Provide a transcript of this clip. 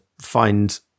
find